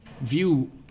view